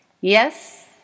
Yes